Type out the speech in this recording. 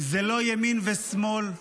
זה לא ימין ושמאל,